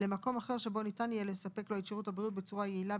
למקום אחר שבו ניתן יהיה לספק לו את שירות הבריאות בצורה יעילה,